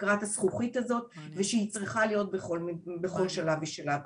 תקרת הזכוכית הזאת ושהיא צריכה להיות בכל שלב ושלב.